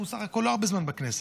הוא בסך הכול לא הרבה זמן בכנסת,